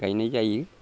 गायनाय जायो